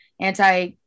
anti